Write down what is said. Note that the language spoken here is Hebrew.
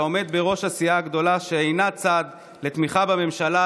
העומד בראש הסיעה הגדולה שאינה צד לתמיכה בממשלה,